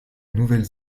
nouvelle